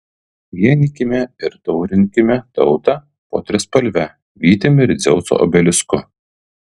vienykime ir taurinkime tautą po trispalve vytim ir dzeuso obelisku